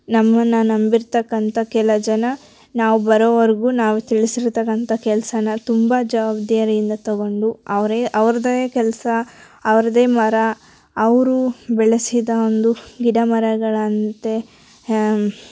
ನಮ್ಮನ್ನ ನಂಬಿರ್ತಕ್ಕಂಥ ಕೆಲ ಜನ ನಾವು ಬರೋವರೆಗು ನಾವು ತಿಳಿಸಿರ್ತಕ್ಕಂಥ ಕೆಲಸಾನ ತುಂಬಾ ಜವಾಬ್ದಾರಿಯಿಂದ ತಗೊಂಡು ಅವರೇ ಅವರದ್ದೇ ಕೆಲಸ ಅವರದ್ದೇ ಮರ ಅವರು ಬೆಳೆಸಿದ ಒಂದು ಗಿಡ ಮರಗಳಂತೆ